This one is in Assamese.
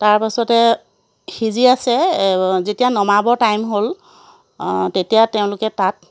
তাৰপাছতে সিজি আছে যেতিয়া নমাবৰ টাইম হ'ল তেতিয়া তেওঁলোকে তাত